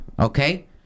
Okay